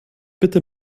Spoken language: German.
bitte